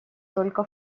только